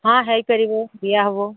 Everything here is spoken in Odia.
ହଁ ହେଇପାରିବ ଦିଆ ହବ